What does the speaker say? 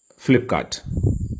Flipkart